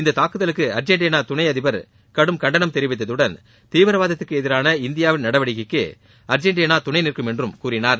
இந்தத் தாக்குதலுக்கு அர்ஜென்டின துணை அதிபர் கடும் கண்டனம் தெரிவித்ததுடன் தீவிரவாத்திற்கு எதிரான இந்தியாவின் நடவடிக்கைக்கு அர்ஜென்டினா துணை நிற்கும் என்றும் கூறினார்